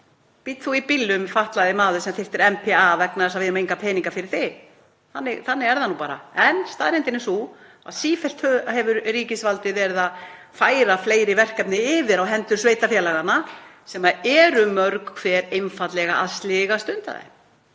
bíð þú í bílnum, fatlaði maður sem þyrftir NPA, vegna þess að við eigum enga peninga fyrir þig. Þannig er það nú bara. En staðreyndin er sú að sífellt hefur ríkisvaldið verið að færa fleiri verkefni yfir á hendur sveitarfélaganna, sem eru mörg hver einfaldlega að sligast undan þeim,